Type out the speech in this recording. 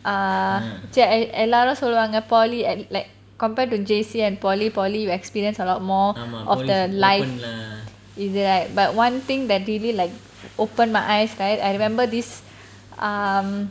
ah எல்லாரும் சொல்வாங்க:ellarum solvaanga poly an~ l~ like compared to J_C and poly poly you experience a lot more of the life is like but one thing that really like open my eyes right I remember this um